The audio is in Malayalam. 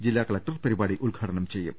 ജില്ലാ കളക്ടർ പരിപാടി ഉദ്ഘാടനം ചെയ്യും